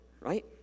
Right